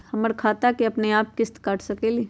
हमर खाता से अपनेआप किस्त काट सकेली?